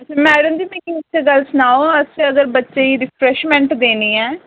madam ji मिकी इक गल्ल सनाओ असें अगर बच्चें गी रिफरेशमेंट देनी ऐ